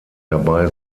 dabei